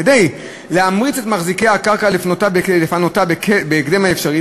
כדי להמריץ את מחזיקי הקרקע לפנותה בהקדם האפשרי,